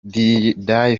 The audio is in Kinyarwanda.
die